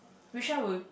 which one would